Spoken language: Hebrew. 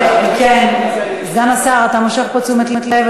סגן השר, אתה מושך פה תשומת לב.